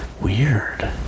weird